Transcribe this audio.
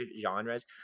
genres